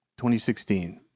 2016